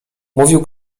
mówił